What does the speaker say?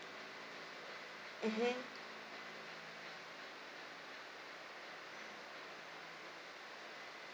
mmhmm